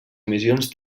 emissions